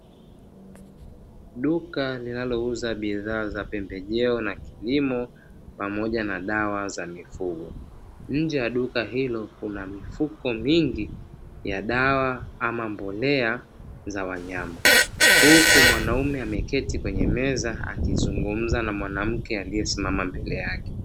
Duka linalouza bidhaa za pembejeo na kilimo pamoja na dawa za mifugo, nje ya duka hilo kuna mifuko mingi ya dawa ama mbolea za wanyama. Huku mwanaume ameketi kwenye meza akizungumza na mwanamke aliyesimama mbele yake.